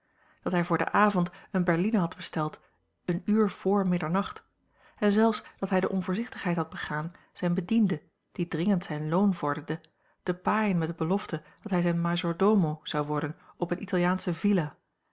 dat hij voor den avond eene berline had besteld een uur vr middernacht en zelfs dat hij de onvoorzichtigheid had begaan zijn bediende die dringend zijn loon vorderde te paaien met de belofte dat hij zijn maggiordomo zou worden op eene italiaansche villa